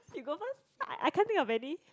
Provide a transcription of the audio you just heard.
you go first I I can't think of any